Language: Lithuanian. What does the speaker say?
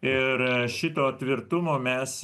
ir šito tvirtumo mes